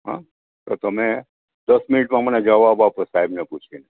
હં તો તમે દસ મિનિટમાં મને જવાબ આપો સાહેબને પૂછીને